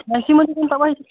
फॅन्सीमध्ये पण हवं आहे